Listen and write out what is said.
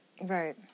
Right